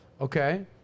Okay